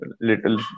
little